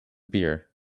beer